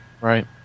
Right